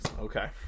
okay